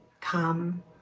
come